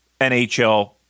NHL